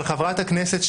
חברת הכנסת,